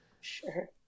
Sure